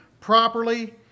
properly